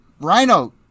Rhino